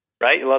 right